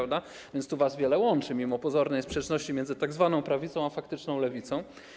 Wiele was łączy mimo pozornej sprzeczności miedzy tzw. prawicą a faktyczną lewicą.